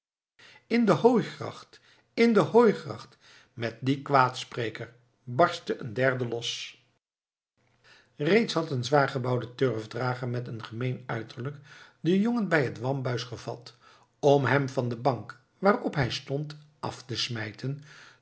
in de hooigracht in de hooigracht met dien kwaadspreker barstte een derde los reeds had een zwaar gebouwde turfdrager met een gemeen uiterlijk den jongen bij het wambuis gevat om hem van de bank waarop hij stond af te smijten